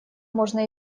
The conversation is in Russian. можно